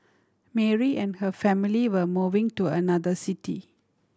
Mary and her family were moving to another city